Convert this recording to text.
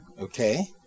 Okay